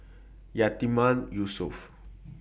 Yatiman Yusof